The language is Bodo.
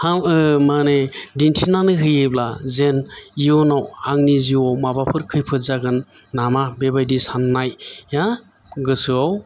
हा मा होनो दिन्थिनानै होयोब्ला जों इउनाव आंनि जिउआव माबाफोर खैफोद जागोन नामा बेबायदि साननाया गोसोआव